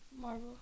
Marvel